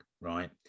Right